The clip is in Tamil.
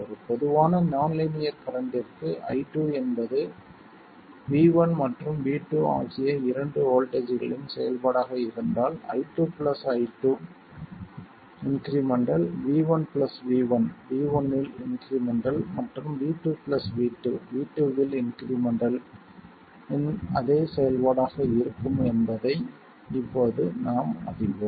ஒரு பொதுவான நான் லீனியர் கரண்ட்டிற்கு I2 என்பது V1 மற்றும் V2 ஆகிய இரண்டு வோல்ட்டேஜ்களின் செயல்பாடாக இருந்தால் I2 i2 incremental V1 v1 V1 இல் இன்க்ரிமெண்டல் மற்றும் V2 v2 V2 இல் இன்க்ரிமெண்டல் இன் அதே செயல்பாடாக இருக்கும் என்பதை இப்போது நாம் அறிவோம்